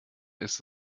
ist